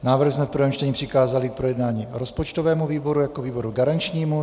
Návrh jsme v prvém čtení přikázali k projednání rozpočtovému výboru jako výboru garančnímu.